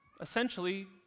essentially